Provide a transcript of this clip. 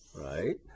right